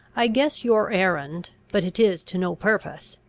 i guess your errand but it is to no purpose.